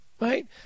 Right